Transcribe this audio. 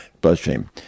bloodstream